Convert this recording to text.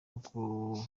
nko